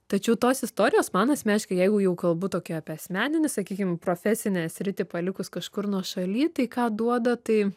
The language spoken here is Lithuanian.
tačiau tos istorijos man asmeniškai jeigu jau kalbu tokia apie asmeninį sakykim profesinę sritį palikus kažkur nuošaly tai ką duoda tai